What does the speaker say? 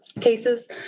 cases